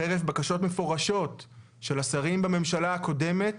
חרף בקשות מפורשות של השרים בממשלה הקודמת